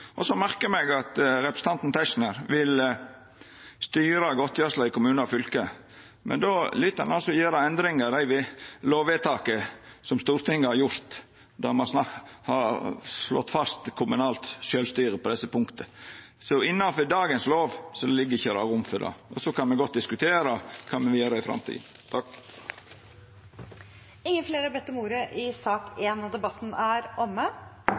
Så merkar eg meg at representanten Tetzschner vil styra godtgjersla i kommune og fylke, men då lyt ein altså gjera endringar i dei lovvedtaka som Stortinget har gjort, der me har slått fast kommunalt sjølvstyre på desse punkta. Innanfor dagens lov ligg det ikkje rom for det. Så kan me godt diskutera kva me vil gjera i framtida. Flere har ikkje bedt om ordet til sak nr. 1. Etter ønske fra næringskomiteen vil presidenten ordne debatten